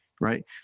Right